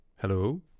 Hello